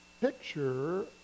picture